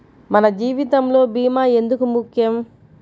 మన జీవితములో భీమా ఎందుకు ముఖ్యం?